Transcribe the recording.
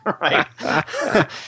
Right